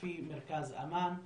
לפי מרכז 'אמאן',